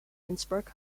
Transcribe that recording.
innsbruck